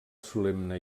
solemne